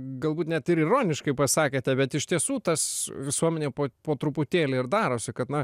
galbūt net ir ironiškai pasakėte bet iš tiesų tas visuomenė po po truputėlį ir darosi kad na